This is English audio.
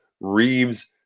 Reeves